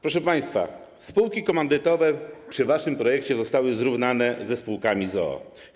Proszę państwa, spółki komandytowe w waszym projekcie zostały zrównane ze spółkami z o.o.